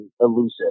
elusive